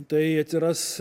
tai atsiras